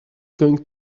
going